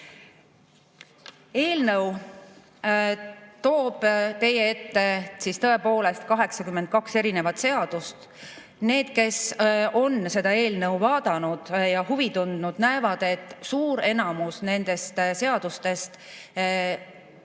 Eelnõu toob teie ette tõepoolest 82 seadust. Need, kes on seda eelnõu vaadanud ja huvi tundnud, näevad, et suures enamuses nendest seadustest